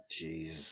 Jeez